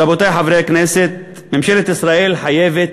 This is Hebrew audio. רבותי חברי הכנסת, ממשלת ישראל חייבת